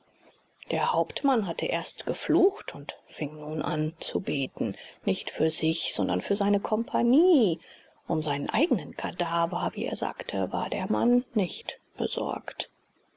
der hauptmann hatte erst geflucht und fing nun an zu beten nicht für sich sondern für seine kompagnie um seinen eigenen kadaver wie er sagte war der mann nicht besorgt